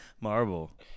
Marvel